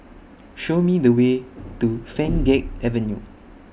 Show Me The Way to Pheng Geck Avenue